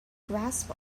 grasp